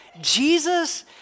Jesus